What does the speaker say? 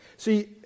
See